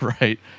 right